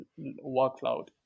workload